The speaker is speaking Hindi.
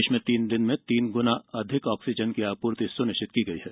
प्रदेश में तीन दिन में तीन गुना अधिक ऑक्सीजन की आपूर्ति सुनिश्चित की गई है